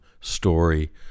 story